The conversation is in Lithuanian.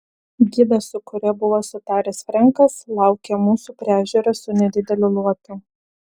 gidas su kuriuo buvo sutaręs frenkas laukė mūsų prie ežero su nedideliu luotu